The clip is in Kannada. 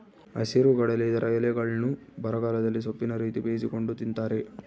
ಹಸಿರುಗಡಲೆ ಇದರ ಎಲೆಗಳ್ನ್ನು ಬರಗಾಲದಲ್ಲಿ ಸೊಪ್ಪಿನ ರೀತಿ ಬೇಯಿಸಿಕೊಂಡು ತಿಂತಾರೆ